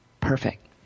Perfect